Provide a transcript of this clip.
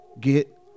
get